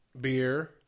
Beer